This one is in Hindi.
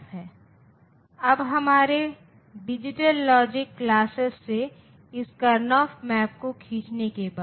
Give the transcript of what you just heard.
इसलिए 3 बिट्स के साथ मैं जा सकता हूं नंबर 7 तक